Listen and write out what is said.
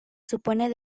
supone